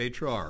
HR